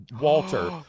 Walter